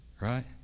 Right